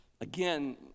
Again